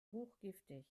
hochgiftig